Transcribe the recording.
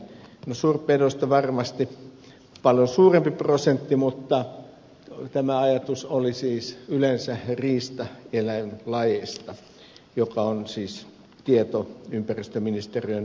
no suurpedoista on varmasti paljon suurempi prosentti mutta tämä ajatus oli siis yleensä riistaeläinlajeista ja se on siis tieto ympäristöministeriön punaisesta kirjasta